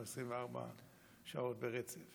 כי אנחנו 24 שעות ברצף?